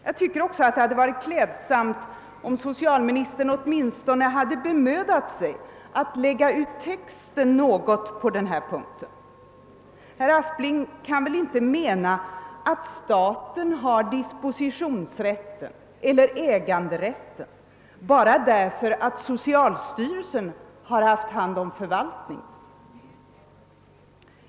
Jag tycker också att det varit klädsamt om socialministern åtminstone hade bemödat sig om att lägga ut texten något på den punkten. Herr Aspling kan väl inte mena att staten har dispositionsrätten och äganderätten bara därför att socialstyrelsen haft hand om förvaltningen.